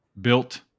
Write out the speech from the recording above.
built